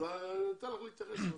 אם את רוצה,